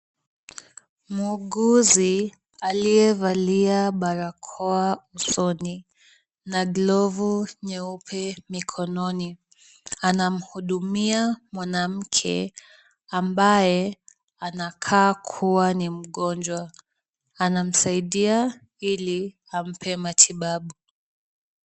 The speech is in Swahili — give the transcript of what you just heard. Muuguzi aliyevalia barakoa usoni na glovu nyeupe mikononi, anamuhudumia mwanamke, ambaye anakaa kuwa ni mgonjwa, anamsaidia ili ampe matibabu.